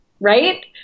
Right